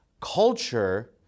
culture